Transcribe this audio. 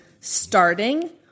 starting